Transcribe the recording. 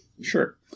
Sure